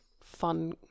fun